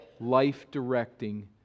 life-directing